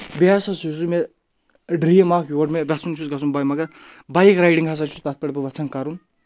بیٚیہِ ہَسا چھُس مےٚ ڈرٛیٖم اَکھ یور مےٚ گژھُن چھُس گژھُن بہٕ مَگَر بایِک رایڈِنٛگ ہَسا چھُس تَتھ پؠٹھ بہٕ یَژھان کَرُن